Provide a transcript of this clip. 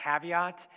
caveat